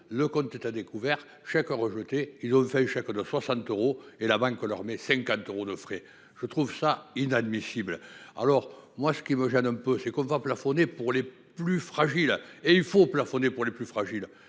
le compte est à découvert. Je suis encore rejeté, il aurait fallu chaque de France à l'euro et la Banque leur met 50 euros de frais. Je trouve ça inadmissible. Alors moi ce qui me gêne un peu, c'est qu'on va plafonné pour les plus fragiles et il faut plafonner pour les plus fragiles.